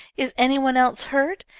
is any one else hurt?